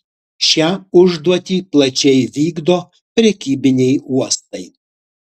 šią užduotį plačiai vykdo prekybiniai uostai